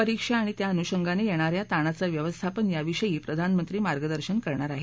परीक्षा आणि त्या अनुषंगाने येणाऱ्या ताणाचं व्यवस्थापन याविषयी प्रधानमंत्री मार्गदर्शन करणार आहेत